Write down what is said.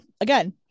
again